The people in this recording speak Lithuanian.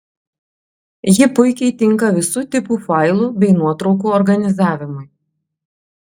ji puikiai tinka visų tipų failų bei nuotraukų organizavimui